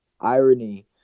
irony